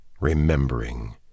remembering